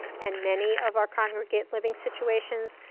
and many of our congregate living situations,